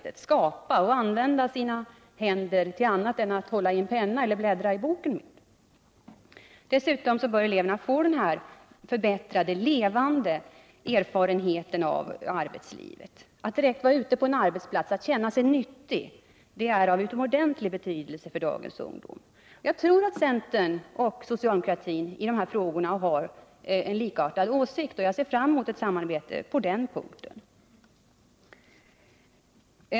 De bör få skapa och använda sina händer också till annat än att hålla i en penna och bläddra i en bok. Dessutom bör eleverna få en levande erfarenhet av arbetslivet. Att vara ute på en arbetsplats och känna sig nyttig är av utomordentlig betydelse för dagens ungdom. Jag tror att centern och socialdemokratin i dessa frågor har en likartad åsikt. Jag ser fram mot ett samarbete på denna punkt.